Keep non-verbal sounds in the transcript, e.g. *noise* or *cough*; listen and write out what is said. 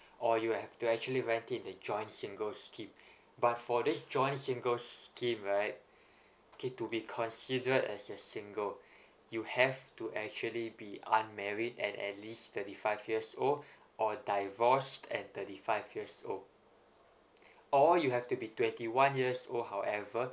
or you have to actually rent it the join single scheme but for this join single scheme right K to be considered as a single you have to actually be unmarried and at least thirty five years old *breath* or divorced and thirty five years old or you have to be twenty one years old however